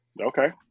Okay